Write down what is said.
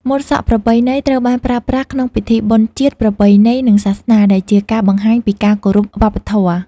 ម៉ូតសក់ប្រពៃណីត្រូវបានប្រើប្រាស់ក្នុងពិធីបុណ្យជាតិ ប្រពៃណី និងសាសនា ដែលជាការបង្ហាញពីការគោរពវប្បធម៌។